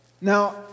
Now